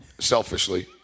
selfishly